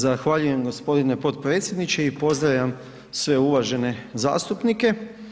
Zahvaljujem g. potpredsjedniče i pozdravljam sve uvažene zastupnike.